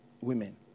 women